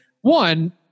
One